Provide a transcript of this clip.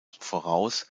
voraus